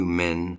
men